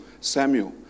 Samuel